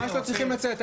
ממש לא צריכים לצאת.